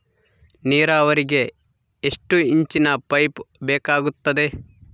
ನೇರಾವರಿಗೆ ಎಷ್ಟು ಇಂಚಿನ ಪೈಪ್ ಬೇಕಾಗುತ್ತದೆ?